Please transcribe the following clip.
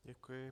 Děkuji.